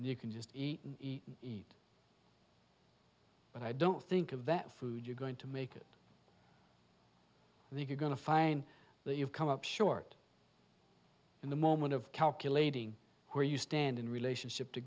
you can just eat and eat but i don't think of that food you're going to make it the if you're going to find that you've come up short in the moment of calculating where you stand in relationship to